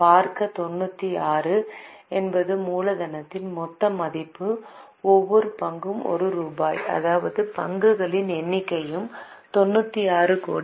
பார்க்க 96 என்பது மூலதனத்தின் மொத்த மதிப்பு ஒவ்வொரு பங்கு 1 ரூபாய் அதாவது பங்குகளின் எண்ணிக்கையும் 96 கோடி